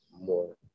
more